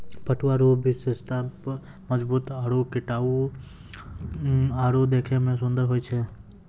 पटुआ रो विशेषता मजबूत आरू टिकाउ आरु देखै मे सुन्दर होय छै